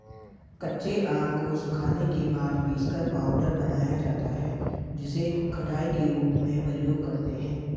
कच्चे आम को सुखाने के बाद पीसकर पाउडर बनाया जाता है जिसे खटाई के रूप में प्रयोग करते है